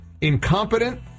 incompetent